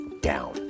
down